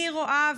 אני רואה,